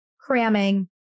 cramming